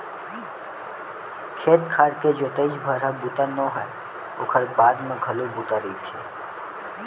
खेत खार के जोतइच भर ह बूता नो हय ओखर बाद म घलो बूता रहिथे